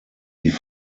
die